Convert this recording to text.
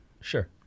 Sure